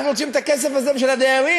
אנחנו רוצים את הכסף הזה בשביל הדיירים,